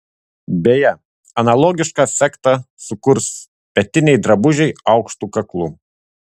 beje analogišką efektą sukurs petiniai drabužiai aukštu kaklu